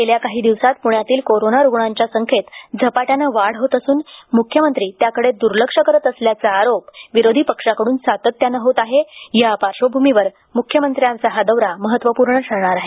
गेल्या काही दिवसांत पुण्यातील कोरोना रुग्णांच्या संख्येत झपाट्यानं वाढ होत असून मुख्यमंत्री त्याकडे दुर्लक्ष करत असल्याचा आरोप विरोधी पक्षाकडून सातत्यानं होत आहे या पार्श्वभूमीवर मुख्यमंत्र्यांचा हा दौरा महत्त्वपूर्ण ठरणार आहे